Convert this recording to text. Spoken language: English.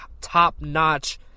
top-notch